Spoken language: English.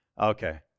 Okay